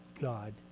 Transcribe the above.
God